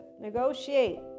negotiate